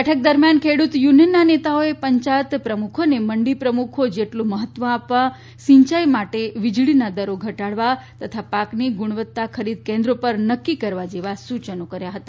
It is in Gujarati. બેઠક દરમિયાન ખેડૂત યુનિયનના નેતાઓએ પંચાયત પ્રમુખોને મંડી પ્રમુખો જેટલું મહત્વ આપવા સિંચાઇ માટે વીજળીના દરો ઘટાડવા તથા પાકની ગુણવત્તા ખરીદ કેન્દ્રો પર નક્કી કરવા જેવા સૂચનો કર્યા હતા